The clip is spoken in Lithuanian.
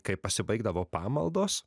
kai pasibaigdavo pamaldos